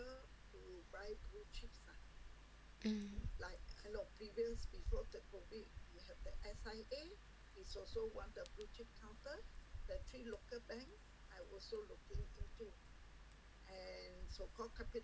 mm